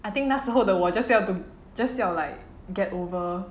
I think 那时候的我 just 要 just 要 like get over